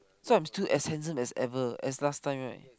so I'm still as handsome as ever as last time right